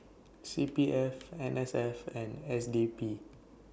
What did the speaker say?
C P F N S F and S D P